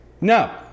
No